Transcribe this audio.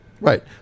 right